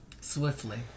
Swiftly